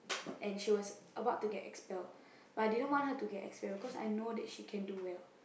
and she was about to get expelled but I didn't want her to get expelled because I know that she can do well